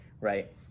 right